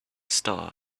star